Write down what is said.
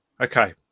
okay